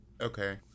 Okay